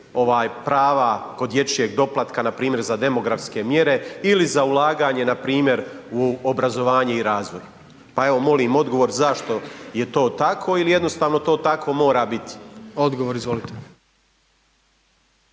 prava kod dječjeg doplatka, npr. za demografske mjere ili za ulaganje, npr. u obrazovanje i razvoj. Pa evo, molim odgovor zašto je to tako ili jednostavno to tako mora biti? **Jandroković,